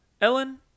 Ellen